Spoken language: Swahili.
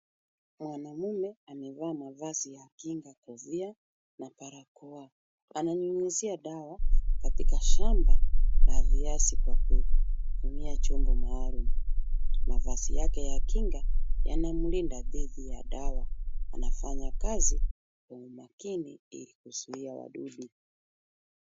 Mwanaume amevaa mavazi ya kinga, kofia na barakoa. Ananyunyuzia dawa katika shamba la viazi kwa kutumia chombo maalum. Mavazi yake ya kinga yanamlinda dhidi ya dawa. Anafanya kazi kwa umakini ili kuzia wadudu.